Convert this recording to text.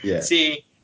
See